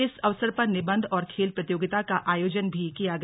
इस अवसर पर निबन्ध और खेल प्रतियोगिता का आयोजन भी किया गया